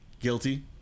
guilty